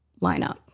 lineup